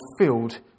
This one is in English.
filled